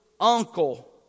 uncle